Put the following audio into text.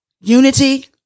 unity